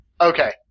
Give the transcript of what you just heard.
Okay